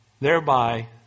thereby